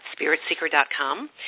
spiritseeker.com